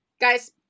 Guys